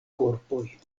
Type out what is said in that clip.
korpoj